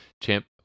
champ